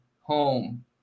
home